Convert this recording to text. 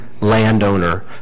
landowner